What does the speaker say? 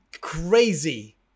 crazy